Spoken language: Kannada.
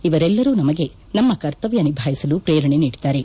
ಇವರೆಲ್ಲರೂ ನಮಗೆ ನಮ್ನ ಕರ್ತವ್ಹ ನಿಭಾಯಿಸಲು ಪ್ರೇರಣೆ ನೀಡುತ್ತಾರೆ